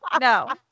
No